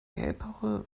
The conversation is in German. epoche